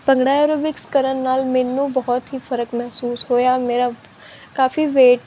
bhangra aerobics ਕਰਨ ਨਾਲ ਮੈਨੂੰ ਬਹੁਤ ਹੀ ਫ਼ਰਕ ਮਹਿਸੂਸ ਹੋਇਆ ਮੇਰਾ ਕਾਫ਼ੀ ਵੇਟ